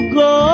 go